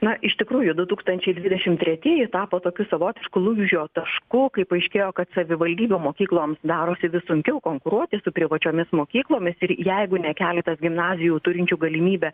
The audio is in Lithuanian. na iš tikrųjų du tūkstančiai dvidešimt tretieji tapo tokiu savotišku lūžio tašku kai paaiškėjo kad savivaldybių mokykloms darosi vis sunkiau konkuruoti su privačiomis mokyklomis ir jeigu ne keletas gimnazijų turinčių galimybę